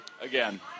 Again